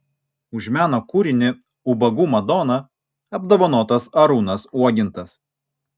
už meno kūrinį ubagų madona apdovanotas arūnas uogintas